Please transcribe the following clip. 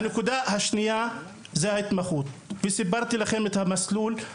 לגבי ההתמחות - סיפרתי לכם על המסלול.